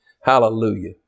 Hallelujah